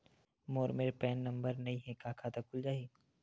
मोर मेर PAN number नई हे का खाता खुल जाही?